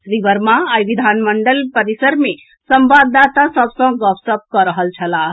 श्री वर्मा आइ विधानमंडल परिसर मे संवाददाता सभ सँ गपशप कऽ रहल छलाह